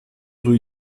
rue